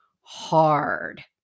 hard